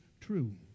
true